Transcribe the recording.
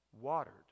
watered